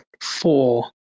four